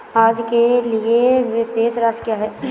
आज के लिए शेष राशि क्या है?